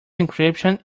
encryption